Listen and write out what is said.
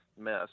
mess